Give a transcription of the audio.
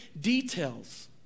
details